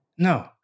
No